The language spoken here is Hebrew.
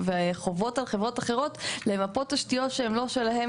וחובות על חברות אחרות למפות תשתיות שהן לא שלהן,